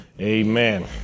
amen